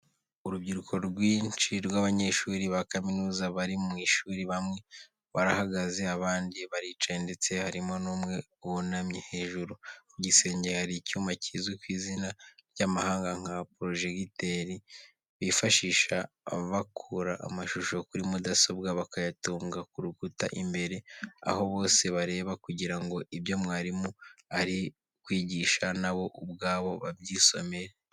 Urubyiruko rwinshi rw'abanyeshuri ba kaminuza bari mu ishuri, bamwe barahagaze abandi baricaye ndetse harimo n'umwe wunamye. Hejuru ku gisenge hari icyuma kizwi ku izina ry'amahanga nka porojegiteri bifashisha bakura amashusho kuri mudasobwa bakayatunga ku rukuta imbere, aho bose bareba kugira ngo ibyo mwarimu ari kwigisha nabo ubwabo babyisomere.